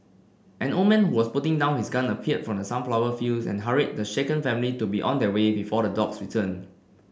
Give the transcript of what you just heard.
an old man was putting down his gun appeared from the sunflower fields and hurried the shaken family to be on their way before the dogs return